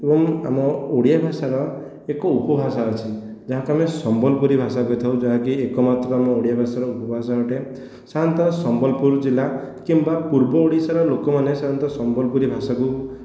ଏବଂ ଆମ ଓଡ଼ିଆ ଭାଷାର ଏକ ଉପଭାଷା ଅଛି ଯାହାକୁ ଆମେ ସମ୍ବଲପୁରୀ ଭାଷା କହିଥାଉ ଯାହାକି ଏକମାତ୍ର ଆମ ଓଡ଼ିଆ ଭାଷାର ଉପଭାଷା ଅଟେ ସାଧାରଣତଃ ସମ୍ବଲପୁର ଜିଲ୍ଲା କିମ୍ବା ପୂର୍ବ ଓଡ଼ିଶାର ଲୋକମାନେ ସେମାନେ ତ ସମ୍ବଲପୁରୀ ଭାଷାକୁ